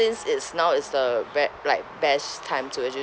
since is now is the be~ like best time to actually